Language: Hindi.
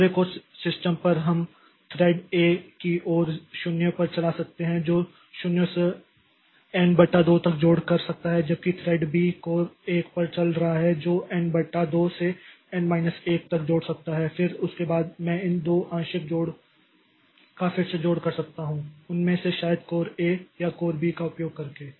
दोहरे कोर सिस्टम पर हम थ्रेड A को कोर 0 पर चला सकते हैं जो 0 से n बटा 2 तक जोड़ कर सकता है जबकि थ्रेड B कोर 1 पर चल रहा है जो N बटा 2 से n माइनस 1 तक जोड़ कर सकता है और फिर उसके बाद मैं इन 2 आंशिक जोड़ का फिर से जोड़ कर सकता हूँ उनमें से शायद कोर ए या कोर बी का उपयोग करके